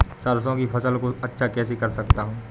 सरसो की फसल को अच्छा कैसे कर सकता हूँ?